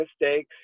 mistakes